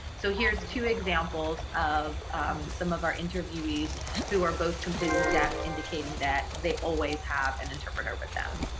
so here's two examples of some of our interviewees who are both completely deaf, indicating that they always have an interpreter with them.